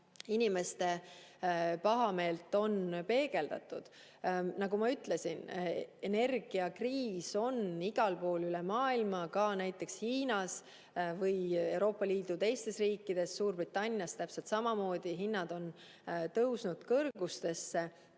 inimeste pahameelt peegeldatud. Nagu ma ütlesin, energiakriis on igal pool üle maailma, näiteks Hiinas ja Euroopa Liidu teistes riikides samuti. Suurbritannias on täpselt samamoodi hinnad tõusnud kõrgustesse.